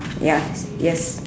ya yes